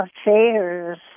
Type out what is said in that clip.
affairs